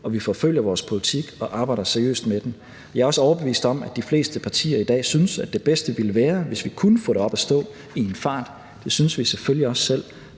og vi forfølger vores politik og arbejder seriøst med den. Jeg er også overbevist om, at de fleste partier i dag synes, at det bedste ville være, hvis vi kunne få det op at stå i en fart. Det synes vi selvfølgelig også selv,